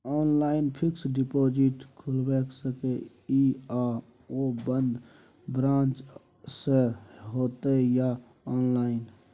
Online fixed deposit खुईल सके इ आ ओ बन्द ब्रांच स होतै या ऑनलाइन?